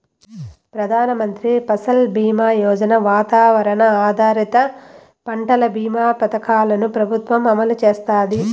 ప్రధాన మంత్రి ఫసల్ బీమా యోజన, వాతావరణ ఆధారిత పంటల భీమా పథకాలను ప్రభుత్వం అమలు చేస్తాంది